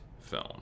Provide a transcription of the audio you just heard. film